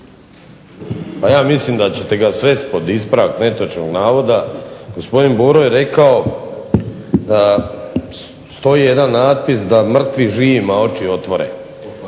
Pa ja mislim da ćete ga svesti pod ispravak netočnog navoda. Gospodin Boro je rekao da stoji jedan natpis da mrtvi živima oči otvore,